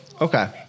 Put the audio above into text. Okay